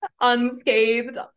unscathed